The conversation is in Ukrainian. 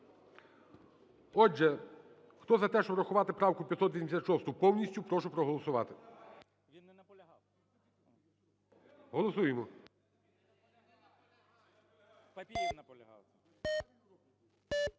Отже, хто за те, щоб врахувати правку 586-у повністю, прошу проголосувати. Голосуємо.